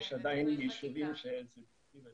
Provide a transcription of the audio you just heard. יש עדיין יישובים ש --- כן,